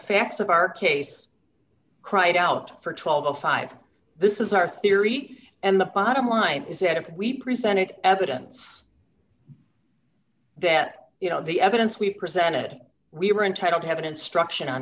facts of our case cried out for twelve o five this is our theory and the bottom line is that if we presented evidence that you know the evidence we presented we were entitled to have an instruction on